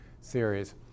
series